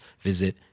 visit